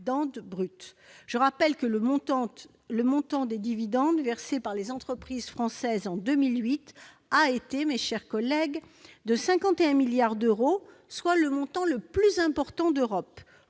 Je rappelle que le montant des dividendes versés par les entreprises françaises en 2018 a été de 51 milliards d'euros, soit le montant le plus important d'Europe.